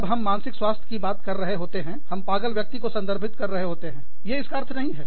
जब हम मानसिक स्वास्थ्य की बात कर रहे होते हैं हम पागल व्यक्ति को संदर्भित कर रहे होते हैं ये इसका अर्थ नहीं है